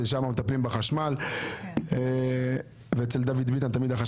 כי היא מטפלת בחברת החשמל, וועדת הפנים והגנת